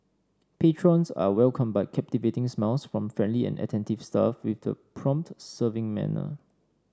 patrons are welcomed by captivating smiles from friendly and attentive staff with the prompt serving manner